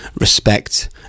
Respect